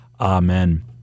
Amen